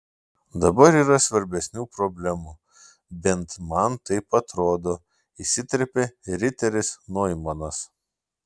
dabar yra svarbesnių problemų bent man taip atrodo įsiterpė riteris noimanas